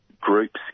groups